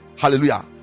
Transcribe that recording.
Hallelujah